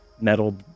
metal